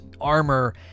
armor